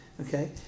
okay